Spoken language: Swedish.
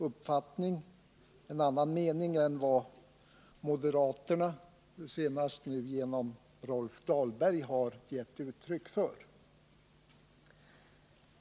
Vpk har här en annan mening än vad moderaterna, nu senast genom Rolf Dahlberg, har 181 gett uttryck för.